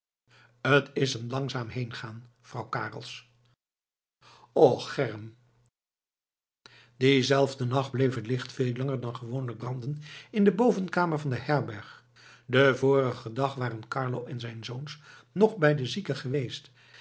t is een langzaam heengaan vrouw carels och erm dienzelfden nacht bleef het licht veel langer dan gewoonlijk branden in de bovenkamer van de herberg den vorigen dag waren carlo en zijn zoons nog bij de zieke geweest